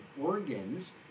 organs